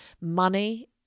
money